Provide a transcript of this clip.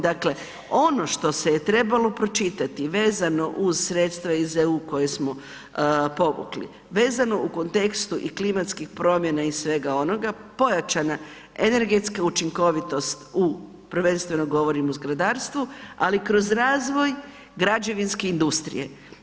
Dakle ono što se je trebalo pročitati vezano uz sredstva iz EU koja smo povukli, vezano u kontekstu i klimatskih promjena i svega onoga, pojačane energetska učinkovitost prvenstveno govorim u zgradarstvu, ali kroz razvoj građevinske industrije.